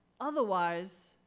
Otherwise